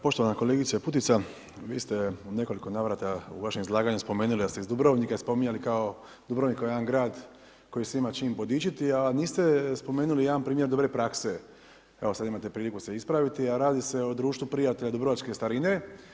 Poštovana kolegice Putica, vi ste u nekoliko navrata u vašem izlaganju spomenuli da ste iz Dubrovnika, spominjali Dubrovnik kao jedan grad koji se ima s čime podičiti a niste spomenuli jedan primjer dobre prakse, evo sada imate priliku se ispraviti a radi se o Društvu prijatelja dubrovačke starine.